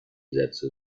sätze